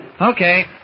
Okay